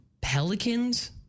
pelicans